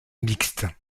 mixtes